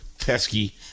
pesky